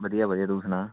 ਵਧੀਆ ਵਧੀਆ ਤੂੰ ਸੁਣਾ